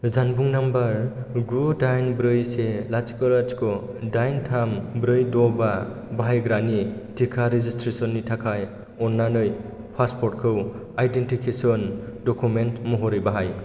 जानबुं नाम्बार गु दाइन ब्रै से लाथिख' लाथिख' दाइन थाम ब्रै द' बा बाहायग्रानि टिका रेजिसट्रेसननि थाखाय अन्नानै पासपर्टखौ आइडेन्टिफिकेसन डकुमेन्ट महरै बाहाय